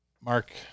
Mark